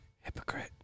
Hypocrite